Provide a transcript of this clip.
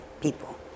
people